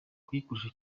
kuyikoresha